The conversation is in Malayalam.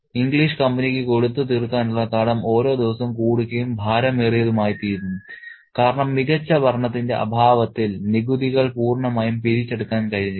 ഇംഗ്ലീഷ് കമ്പനിക്ക് കൊടുത്ത് തീർക്കാനുള്ള കടം ഓരോ ദിവസവും കൂടുകയും ഭാരമേറിയതുമായിത്തീരുന്നു കാരണം മികച്ച ഭരണത്തിന്റെ അഭാവത്തിൽ നികുതികൾ പൂർണ്ണമായും പിരിച്ചെടുക്കാൻ കഴിഞ്ഞില്ല